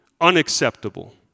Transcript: unacceptable